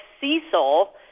Cecil